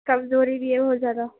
کمزوری بھی ہے بہت زیادہ